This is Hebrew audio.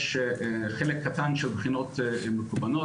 יש חלק קטן של בחינות מקוונות.